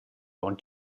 l’on